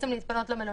להתפנות למלונית.